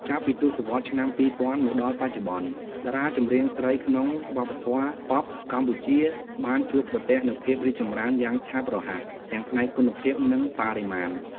ចាប់ពីទសវត្សរ៍ឆ្នាំ ២០០០ មកដល់បច្ចុប្បន្ន តារាចម្រៀងស្រីក្នុងវប្បធម៌ប៉ុបកម្ពុជាបានជួបប្រទះនូវភាពរីកចម្រើនយ៉ាងឆាប់រហ័ស ទាំងផ្នែកគុណភាព និងបរិមាណ។